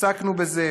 עסקנו בזה.